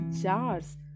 jars